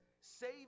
save